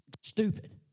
stupid